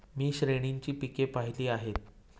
मी श्रेणीची पिके पाहिली आहेत